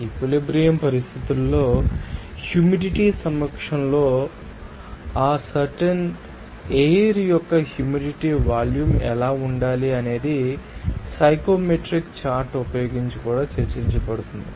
equilibrium పరిస్థితులలో humidity సమక్షంలో ఆ సర్టెన్ ఎయిర్ యొక్క హ్యూమిడిటీ వాల్యూమ్ ఎలా ఉండాలి అనేది సైకోమెట్రిక్ చార్ట్ ఉపయోగించి కూడా చర్చించబడుతుంది